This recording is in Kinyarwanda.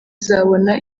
uzabona